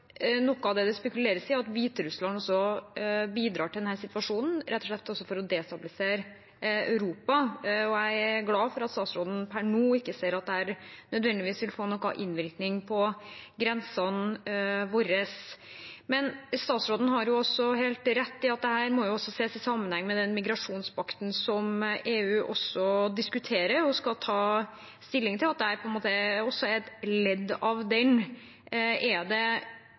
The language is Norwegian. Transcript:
også bidrar til denne situasjonen, rett og slett for å destabilisere Europa. Jeg er glad for at statsråden per nå ikke ser at det nødvendigvis vil få noen innvirkning på grensene våre. Men statsråden har helt rett i at dette må ses i sammenheng med den migrasjonspakten som EU også diskuterer og skal ta stilling til, at det på en måte også er et ledd i den.